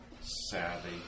savvy